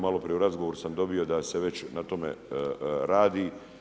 Maloprije u razgovoru sam dobio da se već na tome radi.